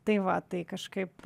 tai va tai kažkaip